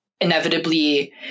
inevitably